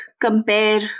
compare